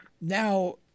Now